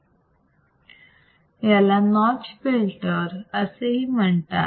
याला notch filter असेही म्हणतात